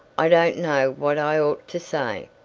i don't know what i ought to say,